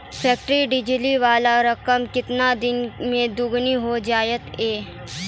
Fixed deposit वाला रकम केतना दिन मे दुगूना हो जाएत यो?